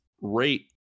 rate